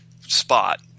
spot